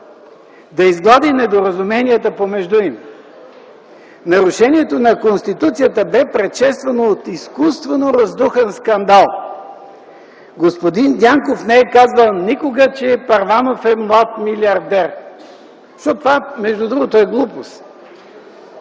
да изгони недоразуменията помежду им. Нарушението на Конституцията да е предшествано от изкуствено раздухан скандал. Господин Дянков не е казвал никога, че Първанов е млад милиардер, защото това, между другото, е глупост.